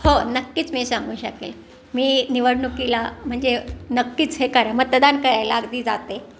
हो नक्कीच मी सांगू शकेल मी निवडणुकीला म्हणजे नक्कीच हे करा मतदान करायला अगदी जाते